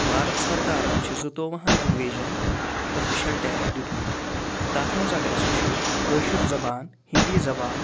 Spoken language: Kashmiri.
بھارت سرکارَن چھِ زٕتوٚوُہَن لنٛگویجن اوٚفِشَل ٹیگ دیُتمُت تَتھ منٛز اَگر أسۍ وٕچھو کٲشٕر زبان ہِنٛدی زبان